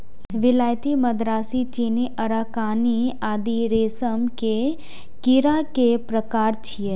विलायती, मदरासी, चीनी, अराकानी आदि रेशम के कीड़ा के प्रकार छियै